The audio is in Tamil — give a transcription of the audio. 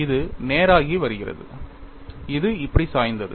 இது நேராகி வருகிறது இது இப்படி சாய்ந்தது